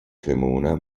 cremona